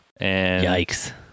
Yikes